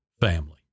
family